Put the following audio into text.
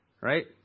Right